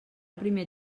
primer